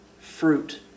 fruit